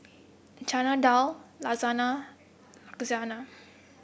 Chana Dal Lasagne Lasagna